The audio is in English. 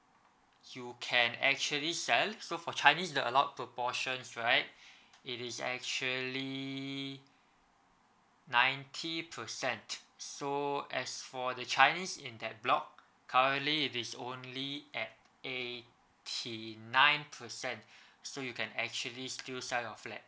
you can actually sell so for chinese the allot proportions right it is actually ninety percent so as for the chinese in that block currently it is only at eighty nine percent so you can actually still sell your flat